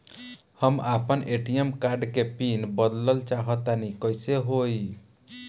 हम आपन ATM card के पीन बदलल चाहऽ तनि कइसे होई?